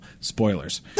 Spoilers